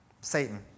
Satan